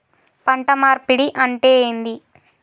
పంట మార్పిడి అంటే ఏంది?